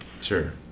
Sure